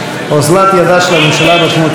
אוזלת ידה של הממשלה בתחום הכלכלי,